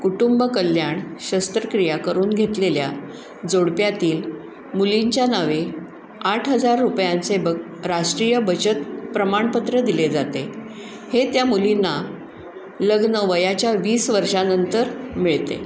कुटुंबकल्याण शस्त्रक्रिया करून घेतलेल्या जोडप्यातील मुलींच्या नावे आठ हजार रुपयांचे बग राष्ट्रीय बचत प्रमाणपत्र दिले जाते हे त्या मुलींना लग्न वयाच्या वीस वर्षानंतर मिळते